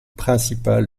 principale